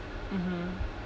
mmhmm